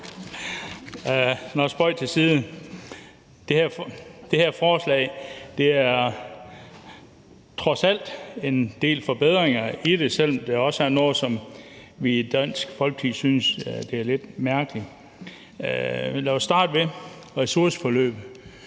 Nå, spøg til side. Det her forslag er der trods alt en del forbedringer i, selv om det også er noget, vi i Dansk Folkeparti synes er lidt mærkeligt. Men lad os starte med ressourceforløbet.